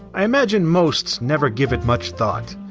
i imagine most never give it much thought.